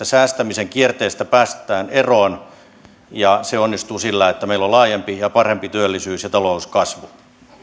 säästämisen kierteestä päästään eroon ja se onnistuu sillä että meillä on laajempi ja parempi työllisyys ja talouskasvu